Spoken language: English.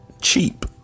cheap